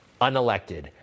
unelected